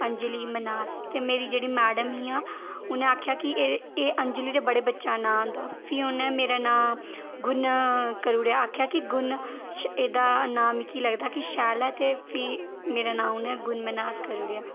अंजलि मन्हास ते जेह्ड़ी मेरी मैडम हियां उ'नें आखेआ कि एह् एह् अंजलि ते बड़े बच्चें दा नांऽ होंदा फ्ही उ'नें मेरा नांऽ गुण करी ओड़ेआ आखेआ कि गुण एह्दा नांऽ मिक्की लगदा कि शैल ऐ ते फ्ही मेरा नांऽ उ'नें गुण मन्हास करी ओड़ेआ